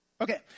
Okay